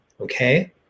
okay